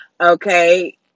Okay